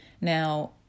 Now